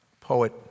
poet